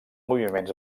moviments